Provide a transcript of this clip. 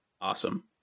Awesome